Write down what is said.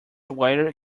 wire